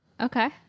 Okay